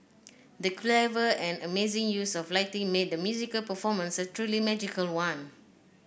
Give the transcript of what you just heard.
the clever and amazing use of lighting made the musical performance a truly magical one